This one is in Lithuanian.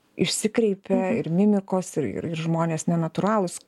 išsikreipia ir mimikos ir ir žmonės nenatūralūs